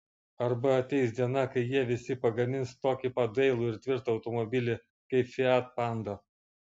arba ateis diena kai jie visi pagamins tokį pat dailų ir tvirtą automobilį kaip fiat panda